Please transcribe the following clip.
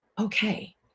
okay